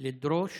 לדרוש